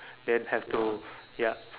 then have to ya